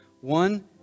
One